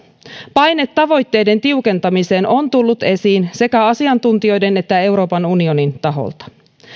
paine tavoitteiden tiukentamiseen on tullut esiin sekä asiantuntijoiden että euroopan unionin taholta